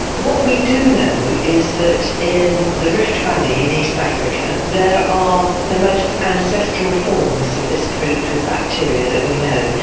what we do know is that in the rift valley in east africa there are the most ancestral forms of this group of bacteria that we know.